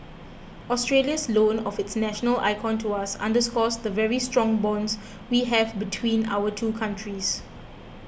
Australia's loan of its national icon to us underscores the very strong bonds we have between our two countries